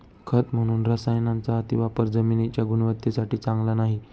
खत म्हणून रसायनांचा अतिवापर जमिनीच्या गुणवत्तेसाठी चांगला नाही